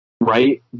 Right